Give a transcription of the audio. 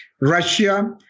Russia